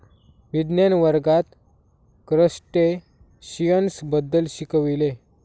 विज्ञान वर्गात क्रस्टेशियन्स बद्दल शिकविले